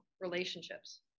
relationships